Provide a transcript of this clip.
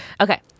okay